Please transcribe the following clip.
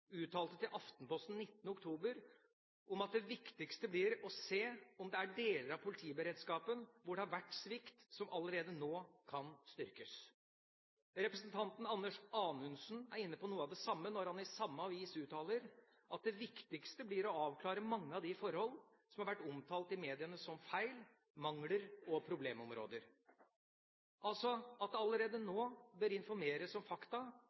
uttalte til Aftenposten 19. oktober, om at det viktigste blir å se om det er deler av politiberedskapen hvor det har vært svikt, som allerede nå kan styrkes. Representanten Anders Anundsen er inne på noe av det samme når han i samme avis uttaler at det viktigste blir å avklare mange av de forhold som har vært omtalt i mediene som feil, mangler og problemområder – altså at det allerede nå bør informeres om fakta